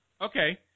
Okay